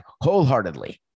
wholeheartedly